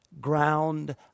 ground